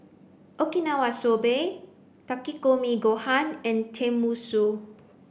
okinawa soba Takikomi gohan and Tenmusu